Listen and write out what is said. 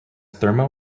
thermal